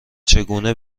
چگونه